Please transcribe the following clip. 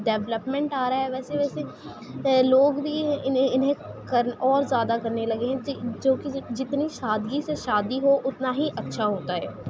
development آ رہا ہے ویسے ویسے لوگ بھی انہیں انہیں کر اور زیادہ کرنے لگے ہیں جو کہ جتنی سادگی سے شادی ہو اتنا ہی اچّھا ہوتا ہے